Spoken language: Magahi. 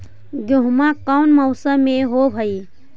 गेहूमा कौन मौसम में होब है?